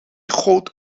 goot